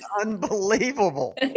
unbelievable